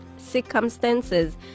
circumstances